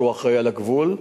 שהוא אחראי לגבול,